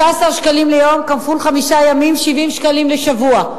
15 שקלים ליום כפול חמישה ימים, 70 שקלים לשבוע.